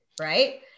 right